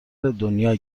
دنیا